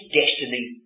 destiny